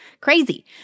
crazy